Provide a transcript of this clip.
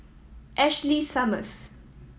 Ashley Summers